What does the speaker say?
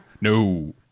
No